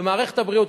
במערכת הבריאות,